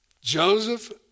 Joseph